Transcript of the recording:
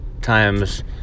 times